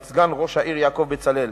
ואת סגן ראש העיר יעקב בצלאל.